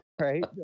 right